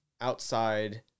outside